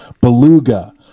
beluga